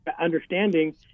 understanding